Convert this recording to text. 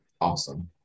awesome